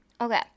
Okay